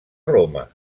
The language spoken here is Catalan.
roma